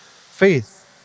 faith